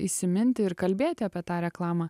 įsiminti ir kalbėti apie tą reklamą